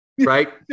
Right